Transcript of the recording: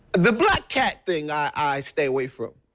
the black cat thing i stay away from.